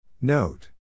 Note